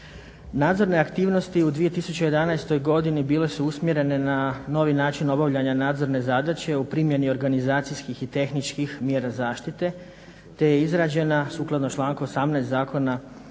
Nadzorne aktivnosti u 2011. godini bile su usmjerene na novi način obavljanja nadzorne zadaće u primjeni organizacijskih i tehničkih mjera zaštite te je izrađena sukladno članku 18. Zakona